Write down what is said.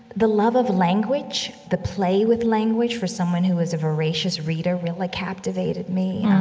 the love of language, the play with language for someone who is a voracious reader, really captivated me,